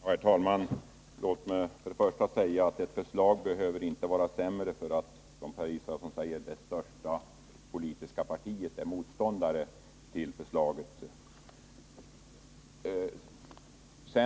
Herr talman! Ett förslag behöver inte vara sämre därför att, som Per Israelsson säger, det största politiska partiet är motståndare till det.